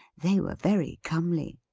they were very comely.